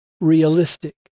realistic